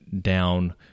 down